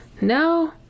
No